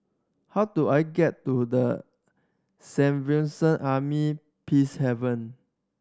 how do I get to The Army Peacehaven